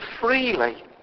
freely